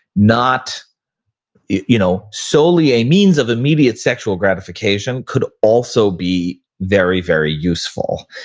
not you know, solely a means of immediate sexual gratification could also be very, very useful.